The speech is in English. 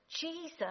Jesus